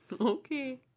Okay